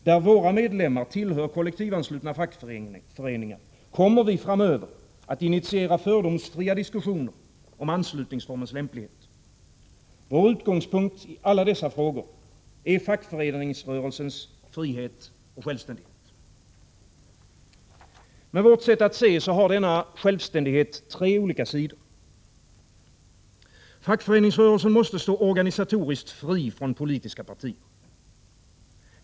Där våra medlemmar tillhör kollektivanslutna fackföreningar kommer vi framöver att initiera fördomsfria diskussioner om anslutningsformens lämplighet. Vår utgångspunkt i alla dessa frågor är fackföreningsrörelsens frihet och självständighet. Med vårt sätt att se har denna självständighet tre olika sidor. Fackföreningsrörelsen måste stå organisatoriskt fri från politiska partier.